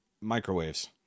microwaves